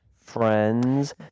friends